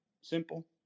Simple